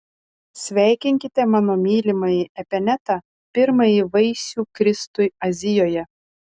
sveikinkite mano mylimąjį epenetą pirmąjį vaisių kristui azijoje